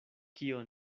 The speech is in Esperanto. kio